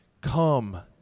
Come